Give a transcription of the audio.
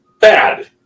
bad